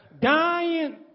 Dying